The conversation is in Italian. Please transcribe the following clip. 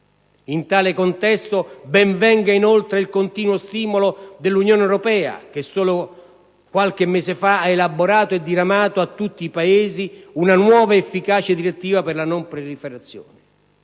In tale contesto ben venga, inoltre, il continuo stimolo dell'Unione europea che solo qualche mese fa ha elaborato e diramato a tutti i Paesi una nuova efficace direttiva per la non proliferazione.